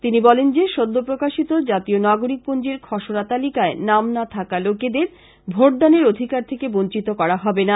তিনি বলেন যে সদ্য প্রকাশিত জাতীয় নাগরীকপঞ্জীর খসড়া তালিকায় নাম না থাকা লোকেদের ভোটদানের অধিকার থেকে বঞ্চিত করা হবে না